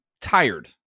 tired